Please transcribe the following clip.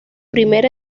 primer